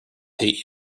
hate